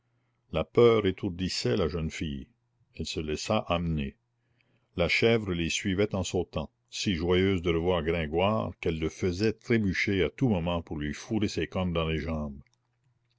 la peur étourdissait la jeune fille elle se laissa emmener la chèvre les suivait en sautant si joyeuse de revoir gringoire qu'elle le faisait trébucher à tout moment pour lui fourrer ses cornes dans les jambes